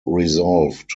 resolved